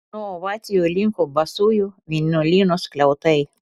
nuo ovacijų linko basųjų vienuolyno skliautai